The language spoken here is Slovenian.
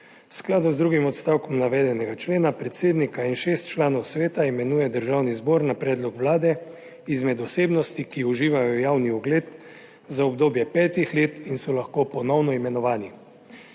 V skladu z drugim odstavkom navedenega člena predsednika in šest članov sveta imenuje Državni zbor na predlog Vlade izmed osebnosti, ki uživajo javni ugled, za obdobje petih let in so lahko ponovno imenovani.